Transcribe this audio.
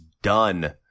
done